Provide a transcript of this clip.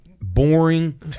boring